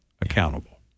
accountable